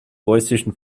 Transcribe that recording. preußischen